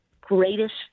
greatest